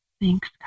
Thanks